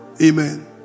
Amen